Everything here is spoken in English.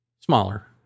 smaller